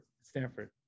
Stanford